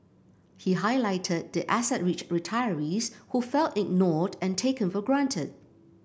he highlighted the asset rich retirees who felt ignored and taken for granted